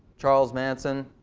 charles manson.